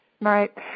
Right